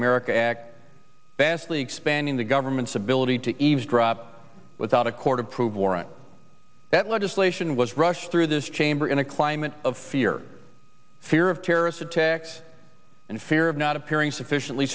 america act besley expanding the government's ability to eavesdrop without a court approved warrant that legislation was rushed through this chamber in a climate of fear fear of terrorist attacks and fear of not appearing sufficiently